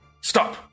stop